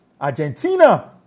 Argentina